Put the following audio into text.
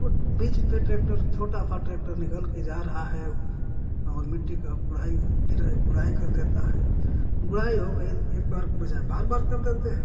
ओ बीच से ट्रेक्टर छोटा सा ट्रेक्टर निकल कर जा रहा है और मिट्टी का कुढ़ाई निराई गुड़ाई कर देता है गुड़ाई हो गई एक बार के बजाय बार बार कर देते हैं